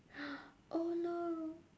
oh no